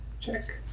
check